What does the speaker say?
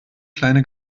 kleine